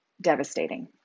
devastating